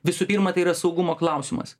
visų pirma tai yra saugumo klausimas